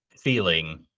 feeling